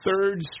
third